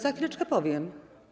Za chwileczkę powiem.